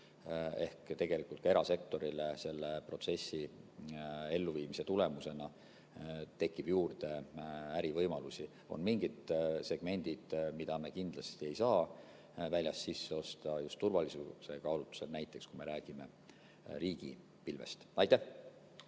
Ehk tegelikult tekib ka erasektorile selle protsessi elluviimise tulemusena ärivõimalusi juurde. On mingid segmendid, mida me kindlasti ei saa väljast sisse osta just turvalisuse kaalutlusel, näiteks me räägime riigipilvest. Aitäh,